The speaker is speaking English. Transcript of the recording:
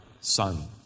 Son